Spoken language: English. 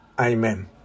Amen